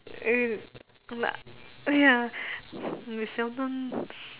eh good lah ya we seldom